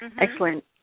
Excellent